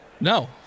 No